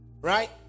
Right